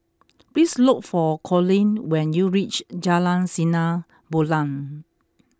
please look for Conley when you reach Jalan Sinar Bulan